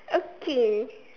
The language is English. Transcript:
okay